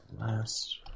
last